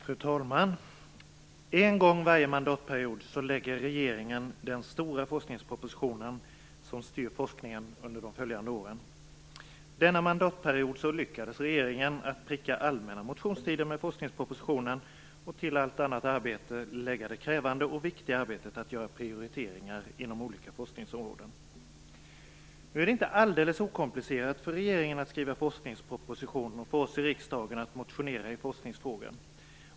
Fru talman! En gång varje mandatperiod lägger regeringen fram den stora forskningspropositionen som styr forskningen under de följande åren. Denna mandatperiod lyckades regeringen pricka in allmänna motionstiden med forskningspropositionen och till allt annat arbete lägga det krävande och viktiga arbetet att göra prioriteringar inom olika forskningsområden. Det är inte alldeles okomplicerat för regeringen att skriva forskningsproposition och för oss i riksdagen att motionera i forskningsfrågor.